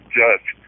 judge